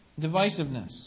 divisiveness